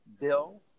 Bill